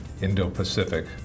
indo-pacific